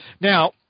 Now